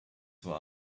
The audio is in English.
for